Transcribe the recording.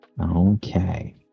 okay